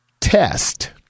test